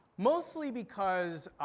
mostly because